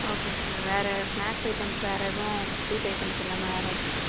okay sir வேறு snacks items வேறு எதுவும் ஸ்வீட் ஐட்டம்ஸ் இல்லாமல் வேறு இருக்கா